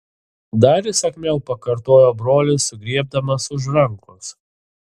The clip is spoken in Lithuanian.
dar įsakmiau pakartojo brolis sugriebdamas už rankos